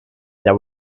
there